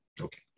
Okay